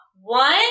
one